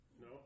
No